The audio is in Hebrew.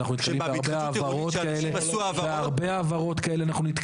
אנחנו נתקלים בהרבה העברות כאלה.